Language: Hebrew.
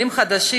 עולים חדשים,